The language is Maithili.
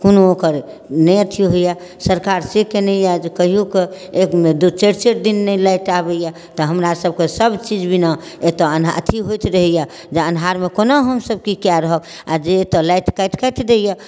कोनो ओकर नहि अथी होइए सरकार से केने अइ जे कहिओकऽ एकमे दुइ चारि चारि दिन नहि लाइट आबैए तऽ हमरासभके सबचीज बिना एतऽ अन्हा अथी होइत रहैए जे अन्हारमे कोना हमसभ कि कए रहब आओर जे एतऽ लाइट काटि काटि दैए